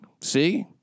See